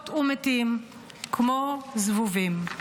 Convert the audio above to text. מתות ומתים כמו זבובים.